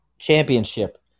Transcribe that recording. championship